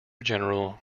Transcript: general